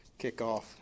kickoff